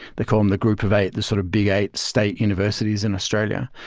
they call them the group of eight, the sort of big eight state universities in australia.